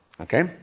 Okay